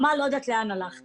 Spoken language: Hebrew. אני לא יודעת לאן הלך העמל.